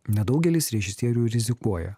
nedaugelis režisierių rizikuoja